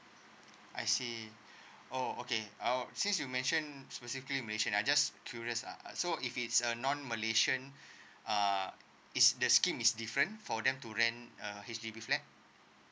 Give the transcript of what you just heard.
I see oh okay uh since you mentioned basically malaysian I just curious lah so if it's a non malaysian uh is the scheme is different for them to rent a H_D_B flat